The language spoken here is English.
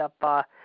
up